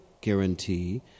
guarantee